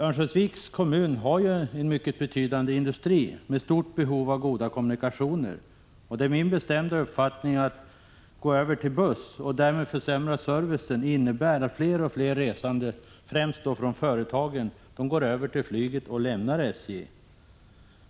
Örnsköldsviks kommun har en mycket betydande industri med stort behov av goda kommunikationer. Det är min bestämda uppfattning att en övergång till buss och därmed en försämring av servicen innebär att fler och fler resande, främst från företagen, går över till flyget och lämnar SJ.